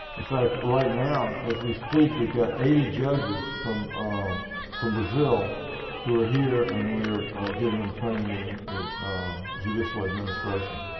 in fact right now as we speak, we've got eighty judges from um from brazil who are here and we are giving them training in and in judicial administration.